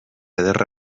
ederra